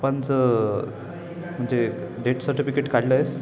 पनचं म्हणजे date certificate काढलंयस